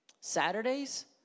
Saturdays